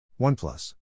OnePlus